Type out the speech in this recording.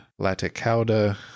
Laticauda